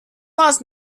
must